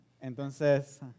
Entonces